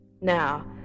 now